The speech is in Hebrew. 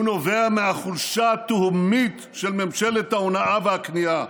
הוא נובע מהחולשה התהומית של ממשלת ההונאה והכניעה.